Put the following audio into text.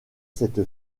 cette